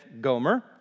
Gomer